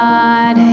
God